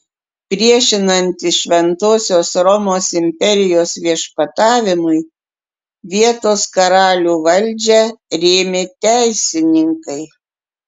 priešinantis šventosios romos imperijos viešpatavimui vietos karalių valdžią rėmė teisininkai